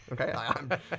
Okay